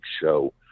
show